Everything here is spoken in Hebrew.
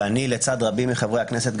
לצד רבים מחברי הכנסת,